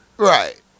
Right